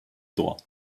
droit